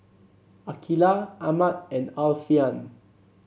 Aqeelah Ahmad and Alfian